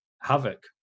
havoc